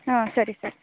ಹಾಂ ಸರಿ ಸರ್